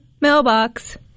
mailbox